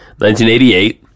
1988